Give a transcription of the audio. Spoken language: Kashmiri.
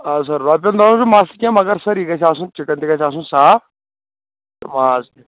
آ سَر رۄپین دہن ہُند چُھنہٕ مسلہٕ کینہہ مگر سَر یہِ گَژھِ آسُن چِکن تہِ گَژھِ آسُن صاف تہٕ ماز تہِ